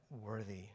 worthy